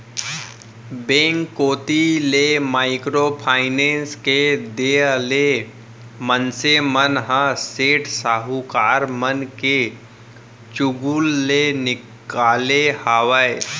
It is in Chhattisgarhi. बेंक कोती ले माइक्रो फायनेस के देय ले मनसे मन ह सेठ साहूकार मन के चुगूल ले निकाले हावय